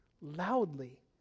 loudly